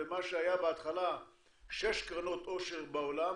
ומה שהיה בהתחלה שש קרנות עושר בעולם